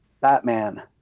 Batman